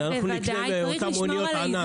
אנחנו נקנה מאותן אניות ענק.